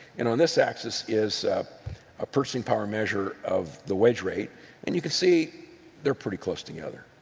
and on this axis is a purchasing power measure of the wage rate and you can see they're pretty close together.